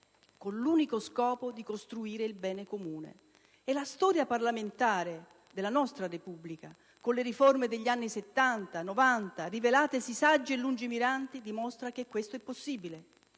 con l'unico scopo di costruire il bene comune. La storia parlamentare della nostra Repubblica, con le riforme degli anni '70 e '90, rivelatesi sagge e lungimiranti, dimostra che questo è possibile